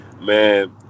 Man